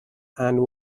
and